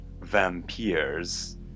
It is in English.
vampires